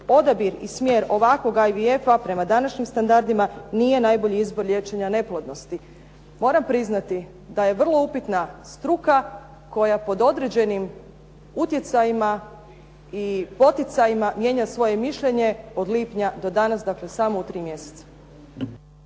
Odabir i smjer ovakvoga IVF-a prema današnjim standardima nije najbolji izbor liječenja neplodnosti. Moram priznati da je vrlo upitna struka koja pod određenim utjecajima i poticajima mijenja svoje mišljenje od lipnja do danas, dakle samo u 3 mjeseca.